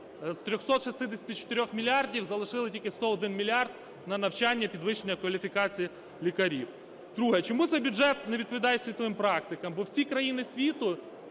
З 364 мільярдів залишили тільки 101 мільярд на навчання і підвищення кваліфікації лікарів. Друге. Чому цей бюджет не відповідає світовим практикам? Бо всі країни світу